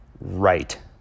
right